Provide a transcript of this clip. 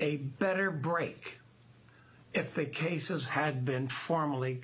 a better break if the cases had been formally